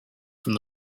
from